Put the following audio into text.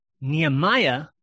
nehemiah